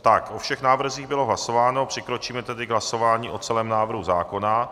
Tak o všech návrzích bylo hlasováno, přikročíme tedy k hlasování o celém návrhu zákona.